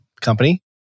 company